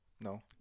No